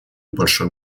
большой